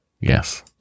Yes